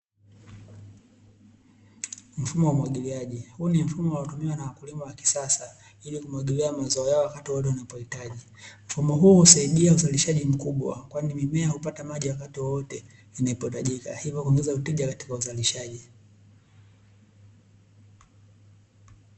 Mfumo wa umwagiliaji huu ni mfumo unaotumiwa na wakulima wa kisasa, ili kumwagilia mazao yao wakati wote wanapoitaji mfumo huu usaidia uzalishaji mkubwa kwani mimea upata maji wakati wote yanapoitajika, hivyo kuongeza tija katika uzalishaji.